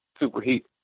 superheat